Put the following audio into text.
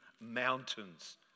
mountains